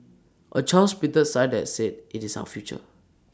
A child's printed sign that said IT is our future